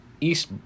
East